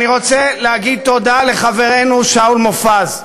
אני רוצה להגיד תודה לחברנו שאול מופז,